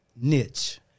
niche